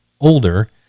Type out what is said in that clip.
older